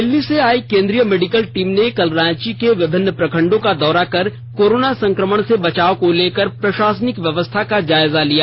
दिल्ली से आई केंद्रीय मेडिकल टीम ने कल रांची के विभिन्न प्रखंडों का दौरा कर कोरोना संक्रमण से बचाव को लेकर प्रशासनिक व्यवस्था का जायजा लिया